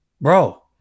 Bro